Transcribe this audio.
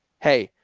hey,